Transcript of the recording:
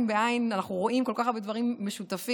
עין בעין כל כך הרבה דברים משותפים,